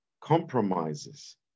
compromises